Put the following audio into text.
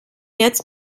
jetzt